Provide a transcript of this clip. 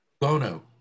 bono